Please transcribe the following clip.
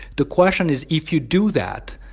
the question is if you do that,